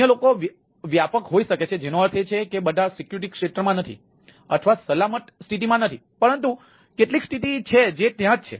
અન્ય લોકો વ્યાપક હોઈ શકે છે જેનો અર્થ એ છે કે બધા સિક્યુરિટી ક્ષેત્રમાં નથી અથવા સલામત સ્થિતિમાં નથી પરંતુ કેટલીક સ્થિતિ છે જે ત્યાં જ છે